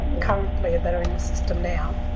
currently that are in the system now. are